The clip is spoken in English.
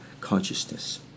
consciousness